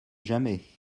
jamais